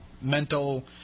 mental